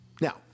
Now